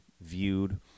viewed